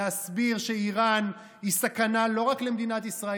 להסביר שאיראן היא סכנה לא רק למדינת ישראל,